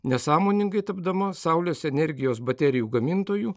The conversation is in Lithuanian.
nesąmoningai tapdama saulės energijos baterijų gamintojų